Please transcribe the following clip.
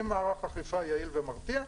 עם מערך אכיפה יעיל ומרתיע,